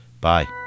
Bye